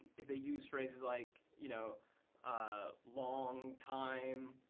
if they use phrases like you know ah long time,